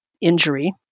injury